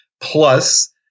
Plus